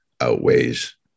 outweighs